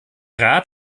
rat